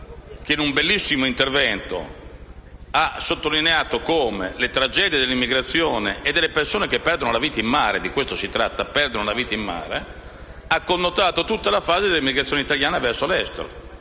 In un bellissimo intervento egli ha infatti sottolineato come le tragedie dell'immigrazione e delle persone che perdono la vita in mare - di questo si tratta - abbiano connotato tutta la fase dell'emigrazione italiana verso l'estero.